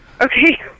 Okay